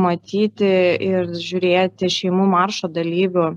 matyti ir žiūrėti šeimų maršo dalyvių